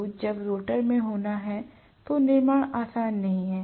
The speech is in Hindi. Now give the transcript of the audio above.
तो जब रोटर में होना है तो निर्माण आसान नहीं है